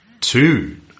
two